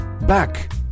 back